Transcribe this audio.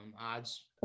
Odds